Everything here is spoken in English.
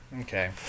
Okay